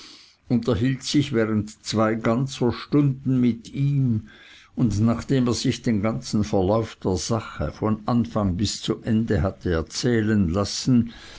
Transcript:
unterhielt sich während zwei ganzer stunden mit ihm und nachdem er sich den ganzen verlauf der sache von anfang bis zu ende hatte erzählen lassen